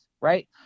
right